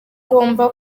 ngomba